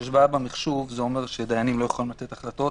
כשיש בעיה במחשוב זה אומר שדיינים לא יכולים לתת החלטות